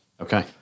Okay